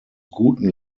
guten